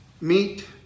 Meet